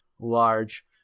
large